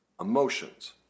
Emotions